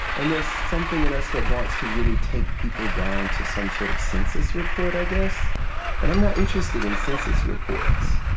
and there's something in us that wants to really take people down to some sort of census report, i guess and i'm not interested in census reports.